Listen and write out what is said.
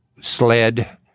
SLED